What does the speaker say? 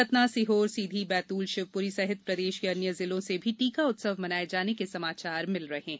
सतनासीहोर सीधी बैतूल शिवपुरी सहित प्रदेश के अन्य जिलों से भी टीका उत्सव मनाये जाने के समाचार मिले हैं